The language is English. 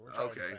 Okay